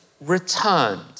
returned